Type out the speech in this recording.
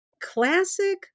classic